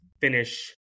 finish